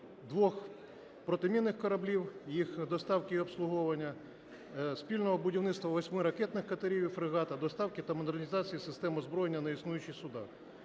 двох протимінних кораблів, їх доставки і обслуговування, спільного будівництва восьми ракетних катерів і фрегата, доставки та модернізації систем озброєння на існуючих судах,